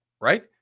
right